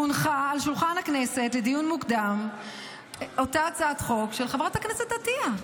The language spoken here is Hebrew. הונחה על שולחן הכנסת לדיון מוקדם אותה הצעת חוק של חברת הכנסת עטייה,